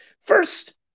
First